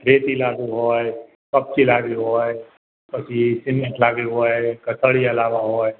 રેતી લાવવી હોય કપચી લાવવી હોય પછી સિમેન્ટ લાવવી હોય કે કડીયા લાવવા હોય